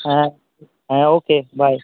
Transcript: হ্যাঁ হ্যাঁ ওকে বায়